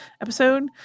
episode